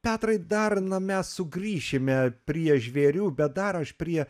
petrai dar na mes sugrįšime prie žvėrių bet dar aš prie